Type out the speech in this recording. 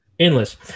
Endless